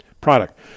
product